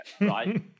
right